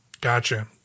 Gotcha